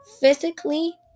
physically